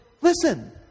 Listen